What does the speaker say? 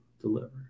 deliver